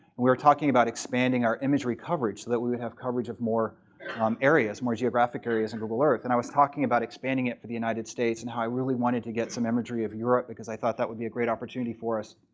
we were talking about expanding our imagery coverage, that we would have coverage of more areas, more geographic areas on and google earth. and i was talking about expanding it for the united states and how i really wanted to get some imagery of europe because i thought that would be a great opportunity for us.